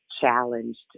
challenged